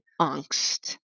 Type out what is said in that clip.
angst